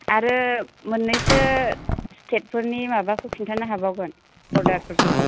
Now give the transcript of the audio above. आरो मोननैसो स्थेबफोरनि माबाखौ खिन्थानो हाबावगोन अरदारफोरखौ